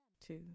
two